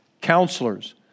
counselors